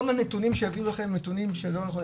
כל הנתונים שיביאו לכם אלו נתונים שלא נכונים.